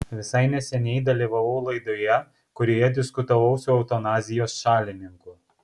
visai neseniai dalyvavau laidoje kurioje diskutavau su eutanazijos šalininku